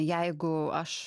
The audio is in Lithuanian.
jeigu aš